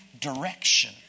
direction